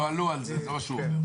עוד לא עלו על זה, זה מה שהוא אומר.